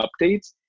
updates